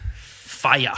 fire